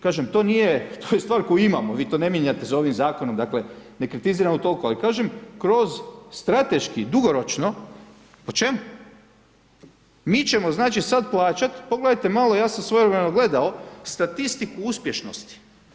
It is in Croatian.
Kažem to je st var koju imamo, vi to ne mijenjate s ovim zakonom, dakle, ne kritiziramo toliko, ali kažem, kroz strateški dugoročno, o čemu Mi ćemo znači sada plaćati, pogledajte malo, ja sam svojevremenu gledao statistiku uspješnosti.